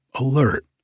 alert